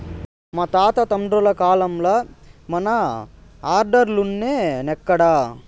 మా తాత తండ్రుల కాలంల మన ఆర్డర్లులున్నై, నేడెక్కడ